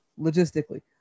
logistically